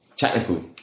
technical